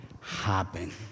happen